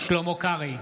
שלמה קרעי,